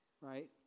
right